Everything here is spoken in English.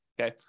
okay